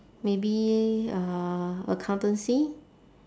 maybe uh accountancy